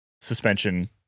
suspension